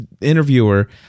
interviewer